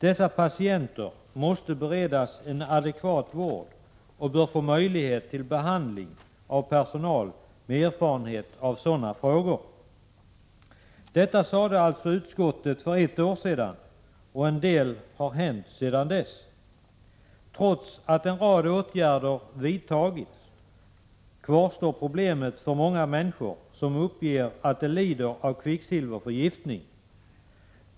Dessa patienter måste beredas en adekvat vård och bör få möjlighet till behandling av personal med erfarenhet av sådana frågor.” Detta sade alltså utskottet för ett år sedan, och en del har hänt sedan dess. Trots att en rad åtgärder vidtagits, kvarstår problemet för många människor som uppger att de lider av kvicksilverförgiftning.